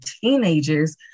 teenagers